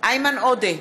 איימן עודה,